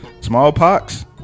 Smallpox